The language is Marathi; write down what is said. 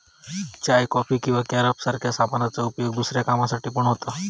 चाय, कॉफी किंवा कॅरब सारख्या सामानांचा उपयोग दुसऱ्या कामांसाठी पण होता